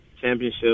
Championship